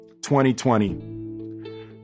2020